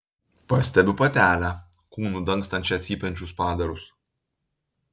pastebiu patelę kūnu dangstančią cypiančius padarus